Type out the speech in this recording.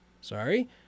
Sorry